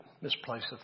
misplaced